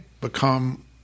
become